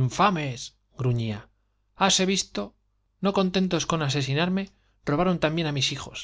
infames gruñía i háse visto no con tentos con asesinarme robaron también á mis hijos